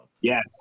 yes